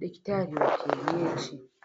daktari wa kienyeji.